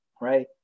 Right